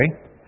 Okay